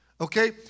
Okay